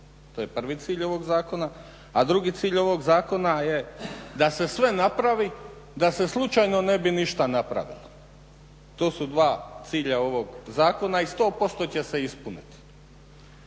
to je prvi cilj ovog zakona, a drugi cilj ovog zakona je da se sve napravi da se slučajno ne bi ništa napravilo. To su dva cilja ovog zakona i 100% će se ispuniti.